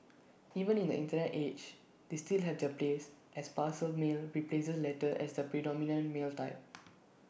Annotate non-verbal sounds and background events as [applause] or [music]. even in the Internet age they still have their place as parcel mail replaces letters as the predominant mail type [noise]